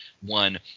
one